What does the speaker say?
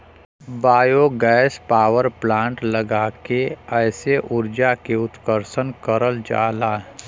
biogas power plant लगा के एसे उर्जा के उत्सर्जन करल जाला